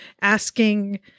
asking